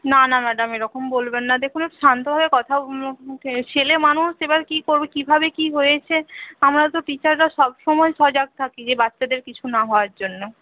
না না ম্যাডাম এরকম বলবেন না দেখুন শান্তভাবে কথা ছেলেমানুষ এবার কী করবে কীভাবে কী হয়েছে আমরা তো টিচাররা সবসময় সজাগ থাকি যে বাচ্চাদের কিছু না হওয়ার জন্য